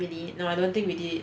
really I don't think we did it